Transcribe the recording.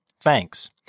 Thanks